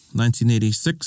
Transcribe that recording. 1986